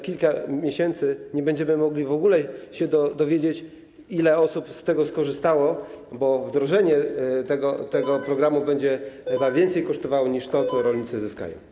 Kilka miesięcy nie będziemy mogli w ogóle się dowiedzieć, ile osób z tego skorzystało, bo wdrożenie tego programu będzie chyba kosztowało więcej niż to, co rolnicy zyskają.